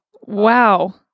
Wow